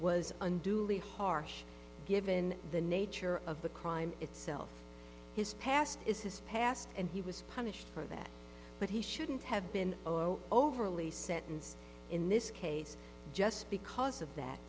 was unduly harsh given the nature of the crime itself his past is his past and he was punished for that but he shouldn't have been overly sentenced in this case just because of that